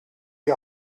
die